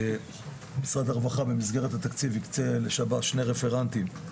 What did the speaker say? משרד הרווחה במסגרת התקציב הקצה שני רפרנטים,